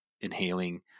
inhaling